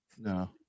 No